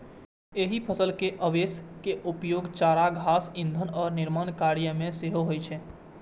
एहि फसल के अवशेष के उपयोग चारा, घास, ईंधन आ निर्माण कार्य मे सेहो होइ छै